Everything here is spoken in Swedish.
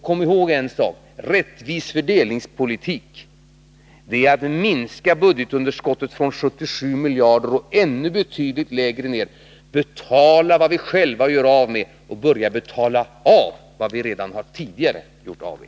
Kom ihåg en sak: Rättvis fördelningspolitik är att minska budgetunderskottet från 77 miljarder kronor, att betala vad vi själva gör av med och att börja betala av vad vi redan tidigare har gjort av med.